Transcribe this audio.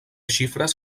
xifres